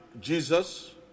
Jesus